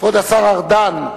כבוד השר ארדן,